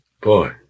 Boy